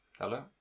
Hello